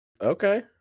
Okay